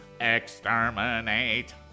Exterminate